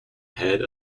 head